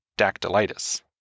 dactylitis